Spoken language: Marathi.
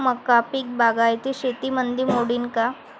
मका पीक बागायती शेतीमंदी मोडीन का?